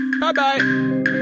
Bye-bye